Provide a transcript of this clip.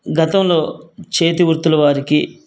గతంలో చేతి వృత్తుల వారికి